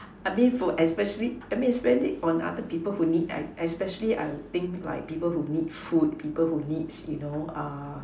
I mean for especially I mean spend it on other people who need I I especially I would think like people who needs food like people who needs you know uh